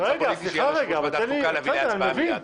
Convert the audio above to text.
הפוליטי שיהיה על יו"ר ועדת חוקה להביא להצבעה מיד.